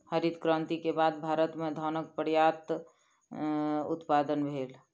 हरित क्रांति के बाद भारत में धानक पर्यात उत्पादन भेल